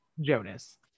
Jonas